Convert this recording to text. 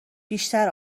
بیشتر